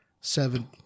seven